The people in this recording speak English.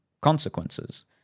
consequences